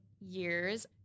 years